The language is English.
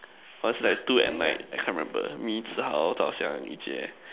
was like two at night I can't remember me zhi-Hao Zhao-xiang Yu-Jie